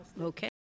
Okay